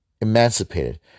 emancipated